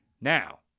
Now